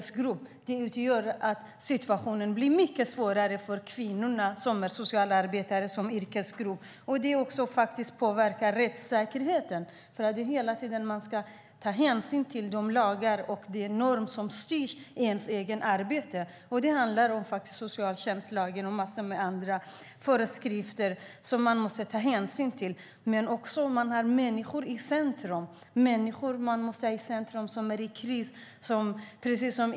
Situationen blir mycket svårare för de kvinnor som är socialarbetare. Det påverkar också rättssäkerheten. Man ska hela tiden ta hänsyn till de lagar och normer som styr arbetet. Det är socialtjänstlagen och en massa andra föreskrifter som man måste ta hänsyn till. Man måste ha människan i centrum. Det handlar om människor som är i kris.